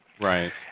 right